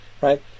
right